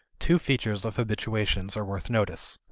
two features of habituations are worth notice.